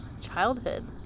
childhood